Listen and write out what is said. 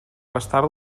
gastar